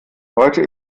heute